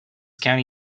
county